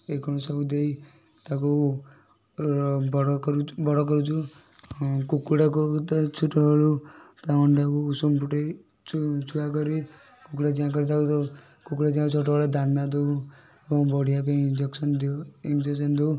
ଏ କ'ଣ ସବୁ ଦେଇ ତାକୁ ବଡ଼ କରୁଚ୍ ବଡ଼ କରୁଛୁ କୁକୁଡ଼ାକୁ ତା ଛୋଟବେଳୁ ତା ଅଣ୍ଡାକୁ ଉଷୁମ ଫୁଟେଇକି ଚୁଁ ଛୁଆ କରି କୁକୁଡ଼ା ଚିଆଁ କରି ତାକୁ ଦେଉ କୁକୁଡ଼ା ଚିଆଁକୁ ଛୋଟବେଳେ ଦାନ ଦେଉ ଏବଂ ବଢ଼ିବା ପାଇଁ ଇଞ୍ଜେକ୍ସନ୍ ଦେଉ ଇଞ୍ଜେକ୍ସନ୍ ଦେଉ